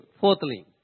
fourthly